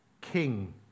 king